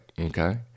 okay